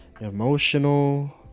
emotional